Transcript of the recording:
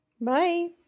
Bye